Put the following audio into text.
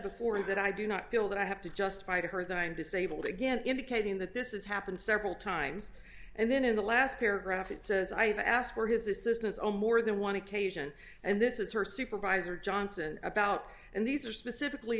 before that i do not feel that i have to justify to her that i am disabled again indicating that this is happened several times and then in the last paragraph it says i have asked for his assistance all more than one occasion and this is her supervisor johnson about and these are specifically